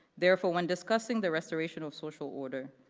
therefore, when discussing the restoration of social order,